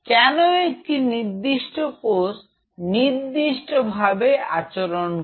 কেন একটি নির্দিষ্ট কোষ নির্দিষ্টভাবে আচরণ করে